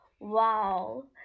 Wow